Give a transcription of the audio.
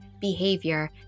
behavior